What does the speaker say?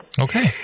Okay